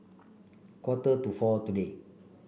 quarter to four today